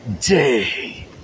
day